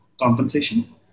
compensation